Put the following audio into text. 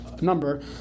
number